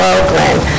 Oakland